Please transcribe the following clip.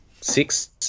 six